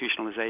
institutionalization